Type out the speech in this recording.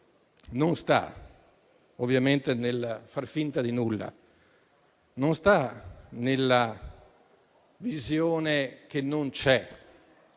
non sta ovviamente nel far finta di nulla, non sta nella visione che non c'è,